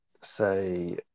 say